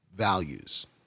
values